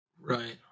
Right